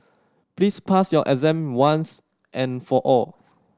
please pass your exam once and for all